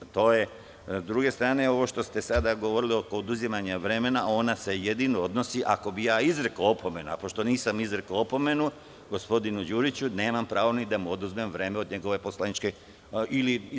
Sa druge strane, ovo što ste sada govorili oko oduzimanja vremena, ona se jedino odnosi ako bih ja izrekao opomenu, a pošto nisam izrekao opomenu gospodinu Đuriću, nemam pravo ni da mu oduzmem vreme od njegove poslaničke grupe.